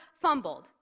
fumbled